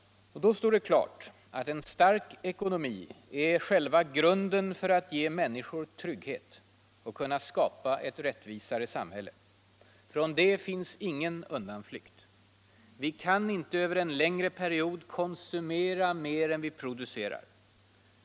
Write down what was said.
Då står det klart, att en stark ekonomi är själva grunden för att ge människor trygghet och kunna skapa ett rättvisare samhälle. Från detta finns ingen undanflykt. Vi kan inte över en längre period konsumera mer än vi producerar.